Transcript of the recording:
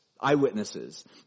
eyewitnesses